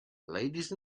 ladies